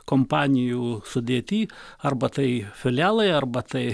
kompanijų sudėty arba tai filialai arba tai